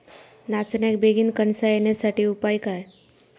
नाचण्याक बेगीन कणसा येण्यासाठी उपाय काय?